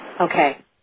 Okay